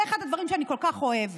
זה אחד הדברים שאני כל כך אוהבת,